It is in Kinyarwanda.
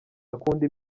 akunda